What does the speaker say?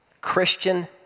Christian